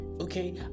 Okay